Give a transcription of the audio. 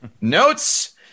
Notes